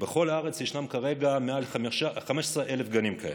בכל הארץ ישנם כרגע מעל 15,000 גנים כאלה,